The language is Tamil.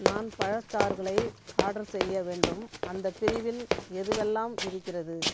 நான் பழச்சாறுகளை ஆர்டர் செய்ய வேண்டும் அந்தப் பிரிவில் எதுவெல்லாம் இருக்கிறது